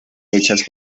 hechas